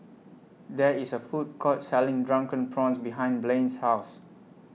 There IS A Food Court Selling Drunken Prawns behind Blane's House